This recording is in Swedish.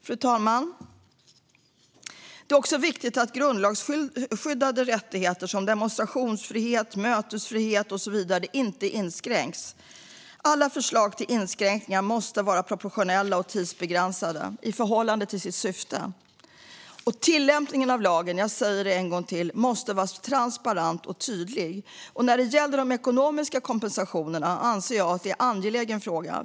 Fru talman! Det är viktigt att grundlagsskyddade rättigheter som demonstrationsfrihet, mötesfrihet och så vidare inte inskränks. Alla förslag till inskränkningar måste vara proportionerliga och tidsbegränsade i förhållande till sitt syfte. Och tillämpningen av lagen - jag säger det en gång till - måste vara transparent och tydlig. De ekonomiska kompensationerna anser jag vara en angelägen fråga.